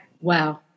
Wow